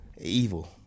evil